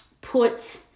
put